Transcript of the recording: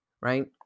right